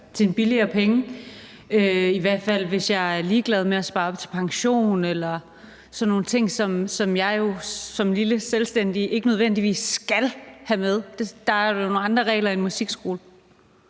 til en billigere penge, i hvert fald hvis jeg er ligeglad med at spare op til pension eller sådan nogle ting, som jeg jo som lille selvstændig ikke nødvendigvis skal have med. Der er nogle andre regler i en musikskole.